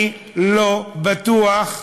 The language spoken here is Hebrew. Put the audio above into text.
אני לא בטוח בעירי,